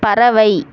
பறவை